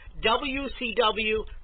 WCW